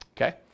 Okay